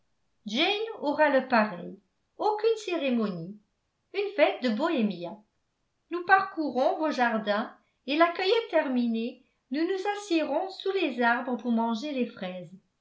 jane aura le pareil aucune cérémonie une fête de bohémiens nous parcourrons vos jardins et la cueillette terminée nous nous assiérons sous les arbres pour manger les fraises